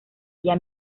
ella